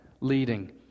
leading